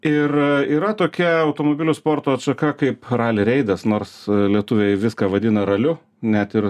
ir yra tokia automobilių sporto atšaka kaip rali reidas nors lietuviai viską vadina raliu net ir